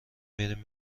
میریم